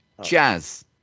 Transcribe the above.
Jazz